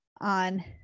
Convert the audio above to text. on